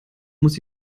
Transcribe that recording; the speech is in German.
muss